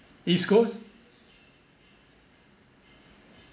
east coast